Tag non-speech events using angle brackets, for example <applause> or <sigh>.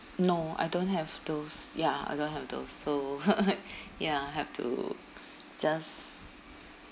no I don't have those ya I don't have those so <laughs> ya have to just